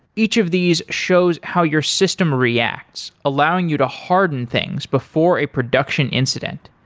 each of these shows how your system reacts allowing you to harden things before a production incident.